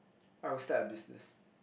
I would start a business